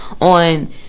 on